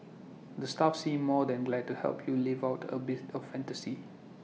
the staff seem more than glad to help you live out A bits of fantasy